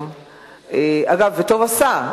אגב, טוב עשה.